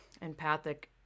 empathic